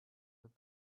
with